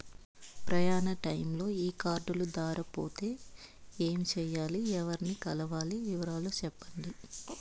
ప్రయాణ టైములో ఈ కార్డులు దారబోతే ఏమి సెయ్యాలి? ఎవర్ని కలవాలి? వివరాలు సెప్పండి?